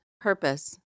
purpose